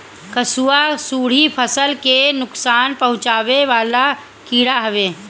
कंसुआ, सुंडी फसल ले नुकसान पहुचावे वाला कीड़ा हवे